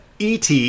ET